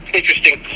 interesting